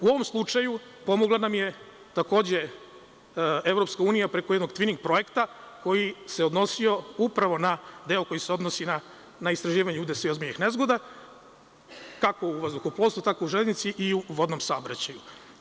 U ovom slučaju pomogla nam je takođe EU preko jednog tvining projekta koji se odnosio upravo na deo koji se odnosi na istraživanje udesa i ozbiljnih nezgoda, kako u vazduhoplovstvu tako u železnici i u vodnom saobraćaju.